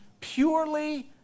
purely